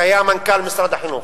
שהיה מנכ"ל משרד החינוך,